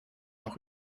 noch